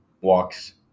walks